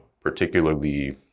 particularly